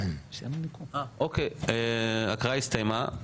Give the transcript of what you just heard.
ההקראה הסתיימה,